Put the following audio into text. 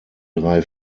drei